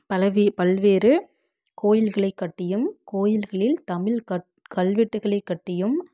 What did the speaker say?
பலவி பல்வேறு கோயில்களை கட்டியும் கோயில்களில் தமிழ் கட் கல்வெட்டுக்களை கட்டியும்